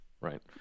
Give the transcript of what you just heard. right